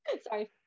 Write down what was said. Sorry